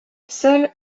seul